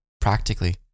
practically